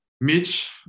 Mitch